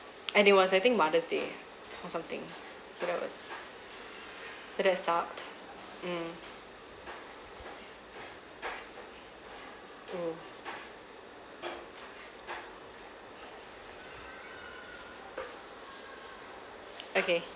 and it was I think mother's day ah or something so that was so that sucked mm mm okay